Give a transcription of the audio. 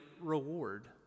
reward